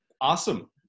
Awesome